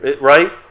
right